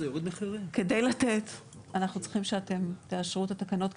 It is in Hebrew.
כדי לתת אנחנו צריכים שאתם תאשרו את התקנות,